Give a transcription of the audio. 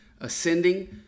ascending